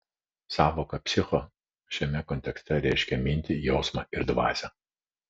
sąvoka psicho šiame kontekste reiškia mintį jausmą ir dvasią